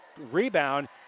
rebound